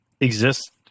exist